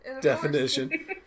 Definition